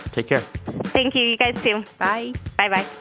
take care thank you. you guys, too bye bye-bye